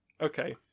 Okay